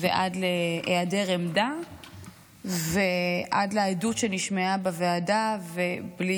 ועד היעדר עמדה ועד לעדות שנשמעה בוועדה ובלי